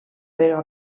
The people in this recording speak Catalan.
però